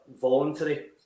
voluntary